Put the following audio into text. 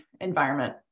environment